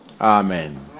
amen